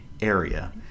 Area